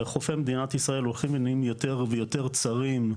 חופי מדינת ישראל הולכים ונהיים יותר ויותר צרים,